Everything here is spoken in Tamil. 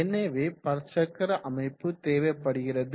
எனவே பற்சக்கர அமைப்பு தேவைப்படுகிறது